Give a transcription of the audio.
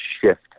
shift